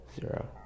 zero